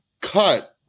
cut